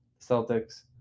Celtics